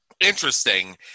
interesting